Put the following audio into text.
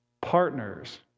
partners